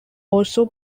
also